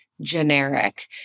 generic